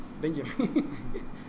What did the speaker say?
Benjamin